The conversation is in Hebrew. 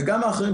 וגם אחרים,